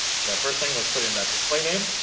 so first thing was putting that display name.